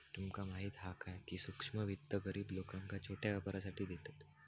तुमका माहीत हा काय, की सूक्ष्म वित्त गरीब लोकांका छोट्या व्यापारासाठी देतत